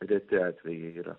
reti atvejai yra